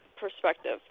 perspective